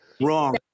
wrong